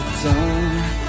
done